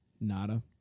Nada